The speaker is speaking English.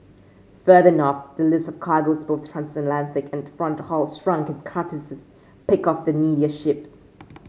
further north the list of cargoes both transatlantic and front haul shrunk and charterers picked off the needier ships